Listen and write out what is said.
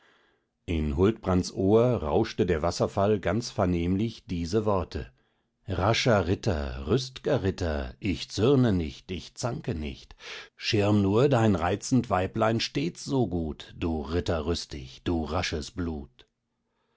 in huldbrands ohr rauschte der wasserfall ganz vernehmlich diese worte rascher ritter rüst'ger ritter ich zürne nicht ich zanke nicht schirm nur dein reizend weiblein stets so gut du ritter rüstig du rasches blut